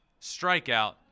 strikeout